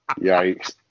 Yikes